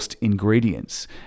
ingredients